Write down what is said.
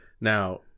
Now